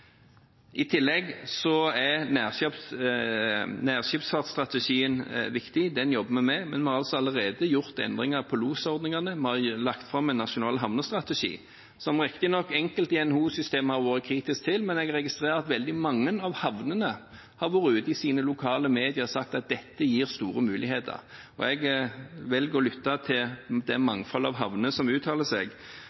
I tillegg er nærskipsfartsstrategien viktig. Den jobber vi med. Vi har allerede gjort endringer i losordningen. Vi har lagt fram en nasjonal havnestrategi, som riktignok enkelte i NHO-systemet har vært kritisk til, men jeg registrerer at veldig mange representanter for havnene har vært ute i lokale medier og sagt at dette gir store muligheter. Jeg velger å lytte til det mangfoldet som uttaler seg.